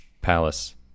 palace